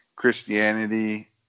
christianity